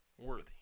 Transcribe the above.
worthy